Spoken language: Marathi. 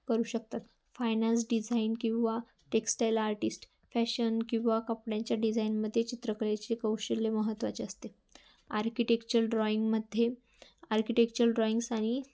करू शकतात फायनान्स डिझाईन किंवा टेक्स्टाईल आर्टिस्ट फॅशन किंवा कपड्यांच्या डिझाईनमध्ये चित्रकलेचे कौशल्य महत्त्वाचे असते आर्किटेक्चर ड्रॉईंगमध्ये आर्किटेक्चर ड्रॉईंग्स आणि